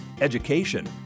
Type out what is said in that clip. education